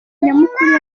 nyamukuru